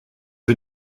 een